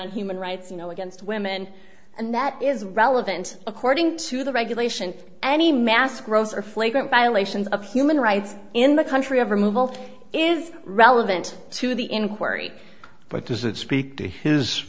human rights you know against women and that is relevant according to the regulation any mass grows or flagrant violations of human rights in the country of removal is relevant to the inquiry but does it speak to his